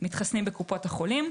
מתחסנים בקופות החולים.